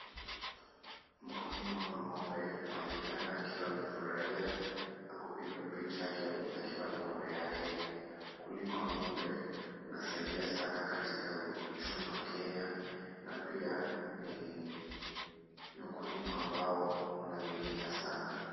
Mkulima wa ng'ombe aonekana akiwa amefurahia na kupigwa picha akiwa na ng'ombe yake. Ukulima wa ng'ombe unasaidia sana katika uchumi wa Kenya na pia ni ukulima ambao unaaminika sana.